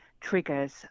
triggers